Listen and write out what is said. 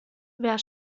wer